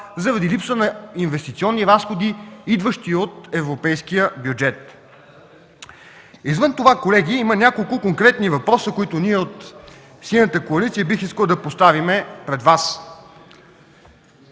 заради липса на инвестиционни разходи, идващи от европейския бюджет. Извън това, колеги, има няколко конкретни въпроса, които ние от Синята коалиция бихме искали да поставим пред Вас.